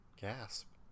gasp